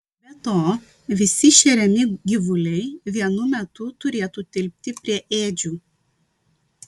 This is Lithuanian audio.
be to visi šeriami gyvuliai vienu metu turėtų tilpti prie ėdžių